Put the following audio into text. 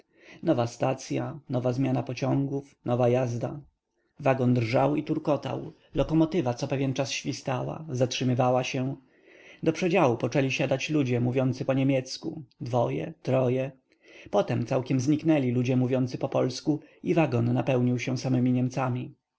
nowa stacya nowa zmiana pociągów nowa jazda wagon drżał i turkotał lokomotywa co pewien czas świstała zatrzymywała się do przedziału poczęli siadać ludzie mówiący po niemiecku dwoje troje potem całkiem zniknęli ludzie mówiący po polsku i wagon napełnił się samymi niemcami